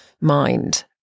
mind